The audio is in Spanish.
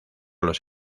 los